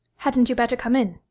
hadn't you better come in